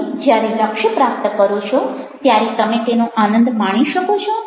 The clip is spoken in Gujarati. તમે જ્યારે લક્ષ્ય પ્રાપ્ત કરો છો ત્યારે તમે તેનો આનંદ માણી શકો છો